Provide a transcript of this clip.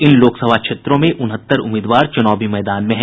इन लोकसभा क्षेत्रों में उनहत्तर उम्मीदवार चुनावी मैदान में हैं